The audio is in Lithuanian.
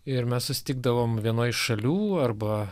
ir mes susitikdavom vienoj iš šalių arba